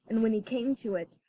and when he came to it,